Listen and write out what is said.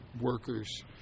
workers